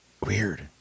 weird